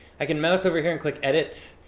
i can mouse over here and click edit,